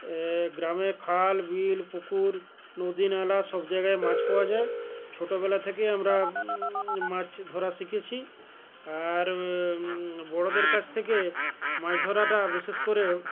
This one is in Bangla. গ্রামে খাল বিল পুকুর নদী নালা সব জায়গায় মাছ পাওয়া যায় ছোটবেলা থেকেই আমরা মাছ ধরা শিখেছি আর বড়দের কাছ থেকে মাছ ধরাটা বিশেষ করে